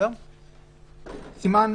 פרק א':